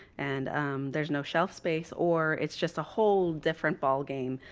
and there's no shelf space or it's just a whole different ballgame.